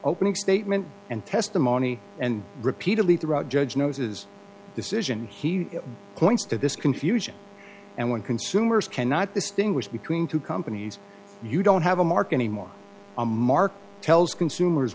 opening statement and testimony and repeatedly throughout judge noses decision he points to this confusion and when consumers cannot distinguish between two companies you don't have a mark anymore a mark tells consumers